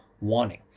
wanting